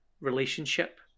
relationship